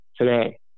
today